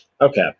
Okay